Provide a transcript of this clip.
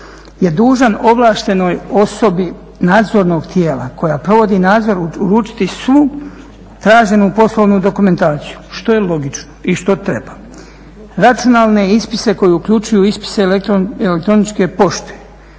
je dužan ovlaštenoj osobi nadzornog tijela koja provodi nadzor uručiti svu traženu poslovnu dokumentaciju, što je logično i što treba, računalne ispise koji uključuju ispise elektroničke pošte,